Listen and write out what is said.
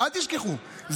אל תשכחו,